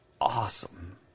Awesome